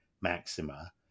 Maxima